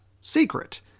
secret